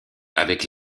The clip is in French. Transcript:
avec